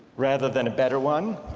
rather than a better one